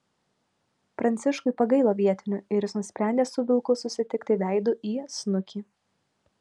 pranciškui pagailo vietinių ir jis nusprendė su vilku susitikti veidu į snukį